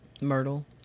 Myrtle